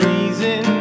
reason